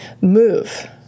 move